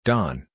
Don